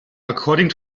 according